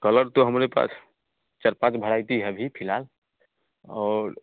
colour तो हमारे पास चार पाँच भरायटी है अभी फ़िलहाल और